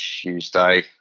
Tuesday